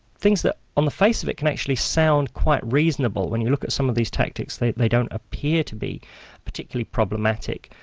things that on the face of it can actually sound quite reasonable. when you look at some of these tactics, they they don't appear to be particularly problematic.